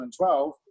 2012